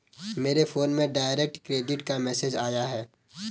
मेरे फोन में direct credit का मैसेज आया है